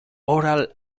oral